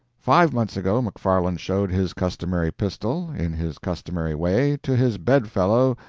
five months ago, mcfarland showed his customary pistol, in his customary way, to his bed-fellow,